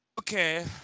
Okay